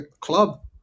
club